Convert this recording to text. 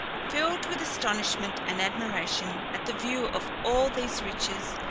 filled with astonishment and admiration at the view of all these riches,